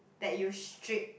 that you strip